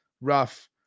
rough